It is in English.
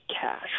cash